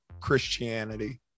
Christianity